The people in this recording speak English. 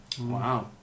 Wow